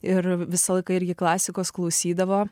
ir visą laiką irgi klasikos klausydavo